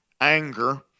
anger